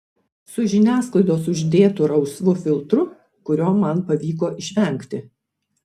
su žiniasklaidos uždėtu rausvu filtru kurio man pavyko išvengti